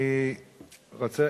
אני רוצה